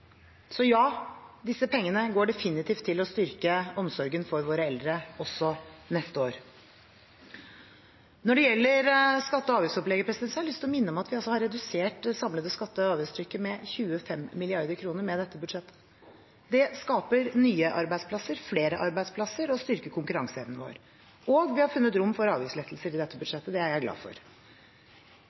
Så ja, disse pengene går definitivt til å styrke omsorgen for våre eldre også neste år. Når det gjelder skatte- og avgiftsopplegget, har jeg lyst å minne om at vi har redusert det samlede skatte- og avgiftstrykket med 25 mrd. kr med dette budsjettet. Det skaper nye arbeidsplasser, flere arbeidsplasser og styrker konkurranseevnen vår. Vi har også funnet rom for avgiftslettelser i dette budsjettet – det er jeg glad for.